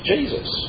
Jesus